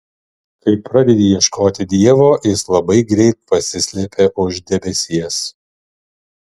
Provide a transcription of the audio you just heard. kai pradedi ieškoti dievo jis labai greit pasislepia už debesies